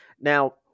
Now